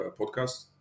podcast